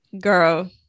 Girl